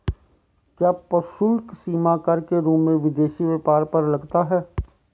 क्या प्रशुल्क सीमा कर के रूप में विदेशी व्यापार पर लगता है?